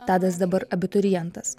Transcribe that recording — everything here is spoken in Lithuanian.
tadas dabar abiturientas